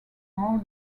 more